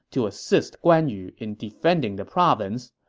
to assist guan yu in defending the province.